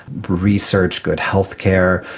research, good health care.